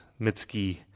Mitski